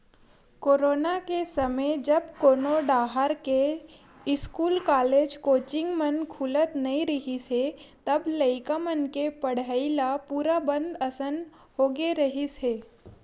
corona के समे जब कोनो डाहर के इस्कूल, कॉलेज, कोचिंग मन खुलत नइ रिहिस हे त लइका मन के पड़हई ल पूरा बंद असन होगे रिहिस हे